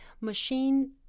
machine